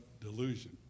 delusion